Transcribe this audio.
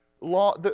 law